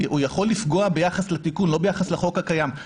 הוא יכול לפגוע ביחס לתיקון, לא ביחס לחוק הקיים.